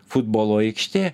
futbolo aikštė